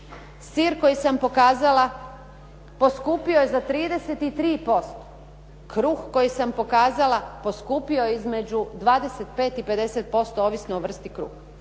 Sir koji sam pokazala poskupio je za 33%. Kruh koji sam pokazala poskupio je između 25 i 50%, ovisno o vrsti kruha.